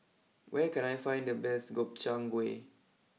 where can I find the best Gobchang Gui